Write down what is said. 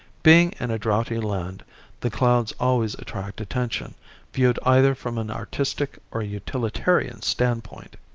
being in a droughty land the clouds always attract attention viewed either from an artistic or utilitarian standpoint.